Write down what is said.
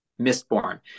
mistborn